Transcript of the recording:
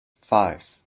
five